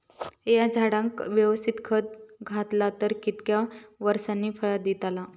हया झाडाक यवस्तित खत घातला तर कितक्या वरसांनी फळा दीताला?